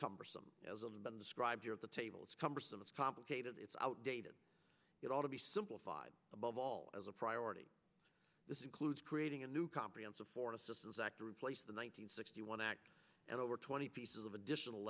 been described here at the tables cumbersome it's complicated it's outdated it ought to be simplified above all as a priority this includes creating a new comprehensive for assistance act to replace the one hundred sixty one act and over twenty pieces of additional